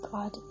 God